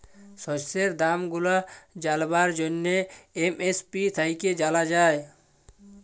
শস্যের দাম গুলা জালবার জ্যনহে এম.এস.পি থ্যাইকে জালা যায়